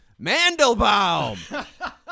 Mandelbaum